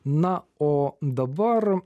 na o dabar